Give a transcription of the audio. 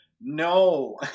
No